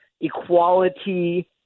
equality